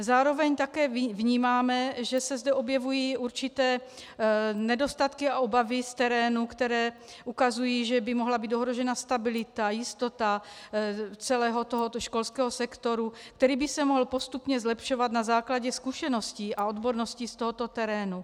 Zároveň také vnímáme, že se zde objevují určité nedostatky a obavy z terénu, které ukazují, že by mohla být ohrožena stabilita, jistota celého tohoto školského sektoru, který by se mohl postupně zlepšovat na základě zkušeností a odborností z tohoto terénu.